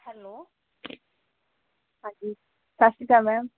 hello ਹਾਂਜੀ ਸਤਿ ਸ਼੍ਰੀ ਅਕਾਲ ਮੈਮ